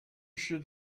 should